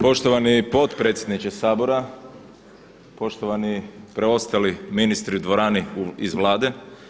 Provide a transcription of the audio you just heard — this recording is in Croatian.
Poštovani potpredsjedniče Sabora, poštovani preostali ministri u dvorani iz Vlade.